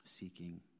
seeking